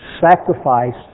sacrifice